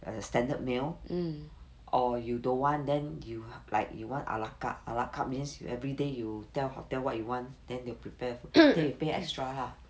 the standard meal or you don't want then you like you want a la carte a la carte means you everyday you tell hotel what you want then they will prepare then you pay extra lah